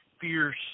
fierce